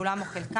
כולם או חלקם,